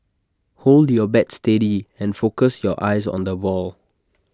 hold your bat steady and focus your eyes on the ball